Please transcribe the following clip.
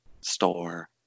store